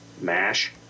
mash